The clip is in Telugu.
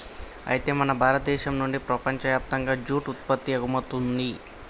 అయితే మన భారతదేశం నుండి ప్రపంచయప్తంగా జూట్ ఉత్పత్తి ఎగుమతవుతుంది